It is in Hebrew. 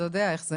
אתה יודע איך זה.